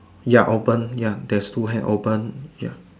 ya open ya there's two hands open